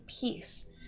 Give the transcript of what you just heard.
peace